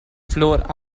flour